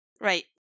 Right